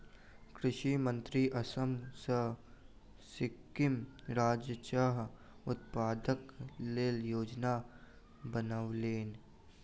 कृषि मंत्री असम आ सिक्किम राज्यक चाह उत्पादनक लेल योजना बनौलैन